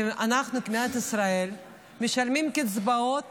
שאנחנו, מדינת ישראל, משלמים קצבאות